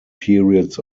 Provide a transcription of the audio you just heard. periods